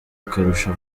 akarusho